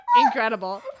Incredible